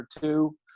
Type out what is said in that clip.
two